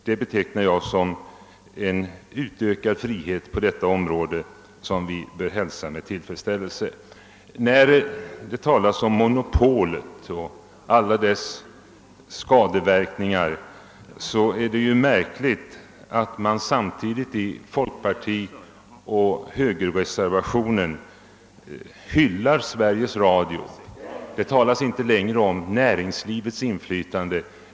Detta betecknar jag som en utökad frihet på detta område, och det är någonting som vi bör hälsa med tillfredsställelse. Efter allt tal om monopolet och dess skadeverkningar är det märkligt att man i folkpartioch högerreservatio nen hyllar Sveriges Radio. Det talas inte längre om näringslivets inflytande.